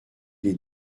les